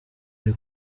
ari